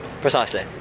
Precisely